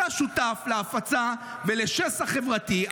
אתה שותף להפצה ולשסע חברתי,